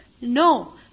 No